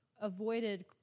avoided